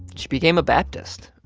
she became a baptist.